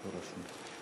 תודה רבה.